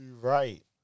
Right